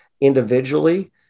individually